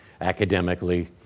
academically